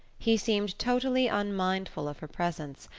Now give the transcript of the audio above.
he seemed totally unmindful of her presence,